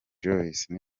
joyce